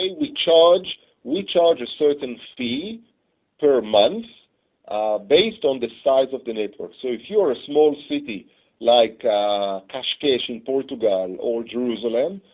we charge we charge a certain fee per month based on the size of the network. so if you are a small city like cascais in portugal and or jerusalem,